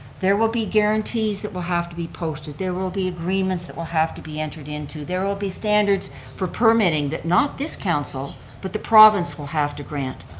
there will be guarantees that will have to be posted, there will be agreements that will have to be entered into, there will be standards for permitting that not this council but the province will have to grant.